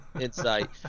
insight